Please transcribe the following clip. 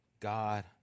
God